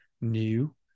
new